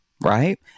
Right